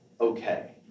okay